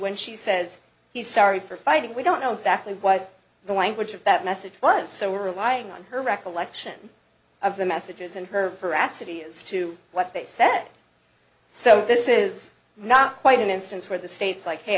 when she says he's sorry for fighting we don't know exactly what the language of that message was so we're relying on her recollection of the messages and her harassing me as to what they said so this is not quite an instance where the state's like